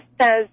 says